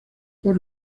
por